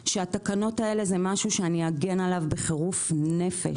שהתקנות האלו הן משהו שאני אגן עליו בחירוף נפש.